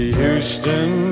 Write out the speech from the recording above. Houston